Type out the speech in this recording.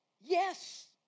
Yes